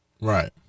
Right